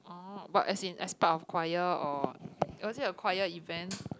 oh but as in as part of choir or was it a choir event